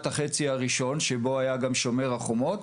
החצי הראשון שבו היה גם ׳שומר החומות׳.